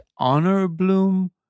Honorbloom